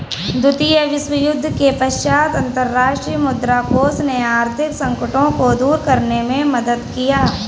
द्वितीय विश्वयुद्ध के पश्चात अंतर्राष्ट्रीय मुद्रा कोष ने आर्थिक संकटों को दूर करने में मदद किया